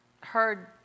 heard